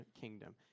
Kingdom